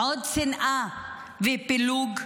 עוד שנאה ופילוג?